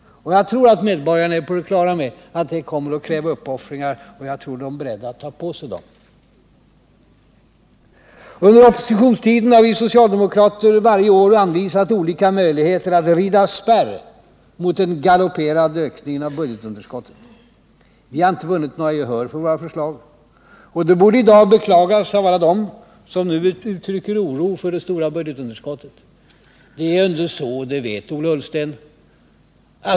Och jag tror att medborgarna är på det klara med att det kommer att kräva uppoffringar. Jag tror också de är beredda att ta på sig de uppoffringarna. Under oppositionstiden har vi socialdemokrater varje år anvisat olika möjligheter att rida spärr mot den galopperande ökningen av budgetunderskottet. Vi har inte vunnit något gehör för våra förslag. Det borde i dag beklagas av alla dem som nu uttrycker oro för det stora budgetunderskottet.